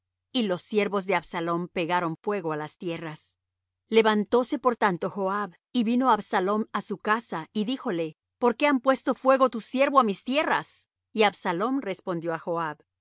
y los siervos de absalom pegaron fuego á las tierras levantóse por tanto joab y vino á absalom á su casa y díjole por qué han puesto fuego tus siervos á mis tierras y absalom respondió á joab